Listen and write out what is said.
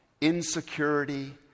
insecurity